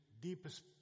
deepest